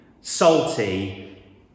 salty